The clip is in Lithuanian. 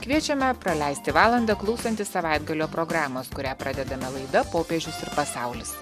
kviečiame praleisti valandą klausantis savaitgalio programos kurią pradedame laida popiežius ir pasaulis